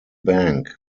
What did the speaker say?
bank